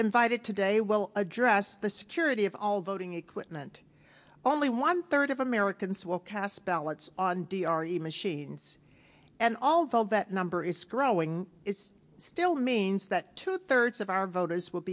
invited today will address the security of all voting equipment only one third of americans will cast ballots on deore machines and although that number is growing it's still means that two thirds of our voters w